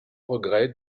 regret